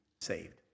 saved